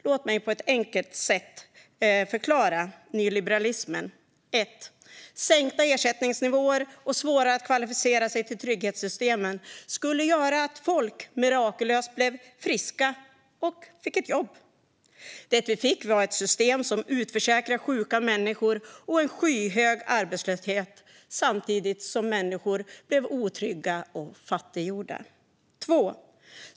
Låt mig på ett enkelt sätt förklara nyliberalismen. Sänkta ersättningsnivåer och svårare att kvalificera sig till trygghetssystemen skulle göra att folk mirakulöst blev friska och fick ett jobb. Det vi fick var ett system som utförsäkrar sjuka människor och en skyhög arbetslöshet samtidigt som människor blev otrygga och fattiggjorda.